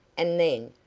and then,